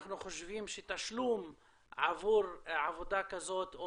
אנחנו חושבים שתשלום עבור עבודה כזאת או